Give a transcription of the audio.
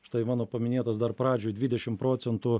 štai mano paminėtas dar pradžioj dvidešim procentų